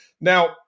Now